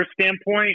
standpoint